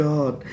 God